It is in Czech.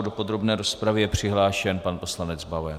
Do podrobné rozpravy je přihlášen pan poslanec Bauer.